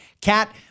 cat